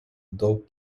daug